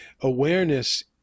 awareness